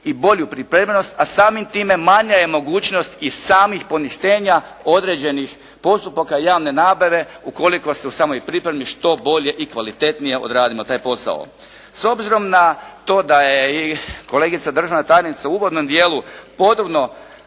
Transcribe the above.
i bolju pripremnost, a samim time manja je mogućnost i samih poništenja određenih postupaka javne nabave ukoliko se u samoj pripremi što bolje i kvalitetnije odradimo taj posao. S obzirom na to da je i kolegica državna tajnica u uvodnom dijelu podobno